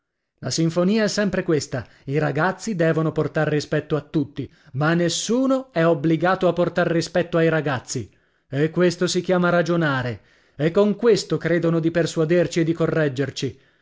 la sinfonia è sempre questa i ragazzi devono portar rispetto a tutti ma nessuno è obbligato a portar rispetto ai ragazzi e questo si chiama ragionare e con questo credono di persuaderci e di correggerci